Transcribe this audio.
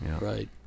right